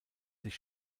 sich